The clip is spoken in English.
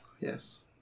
Yes